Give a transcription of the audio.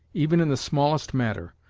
even in the smallest matter,